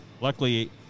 luckily